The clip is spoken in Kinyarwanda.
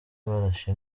barashe